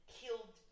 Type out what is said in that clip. killed